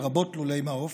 לרבות לולי מעוף,